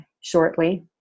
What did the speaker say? shortly